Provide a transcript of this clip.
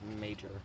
major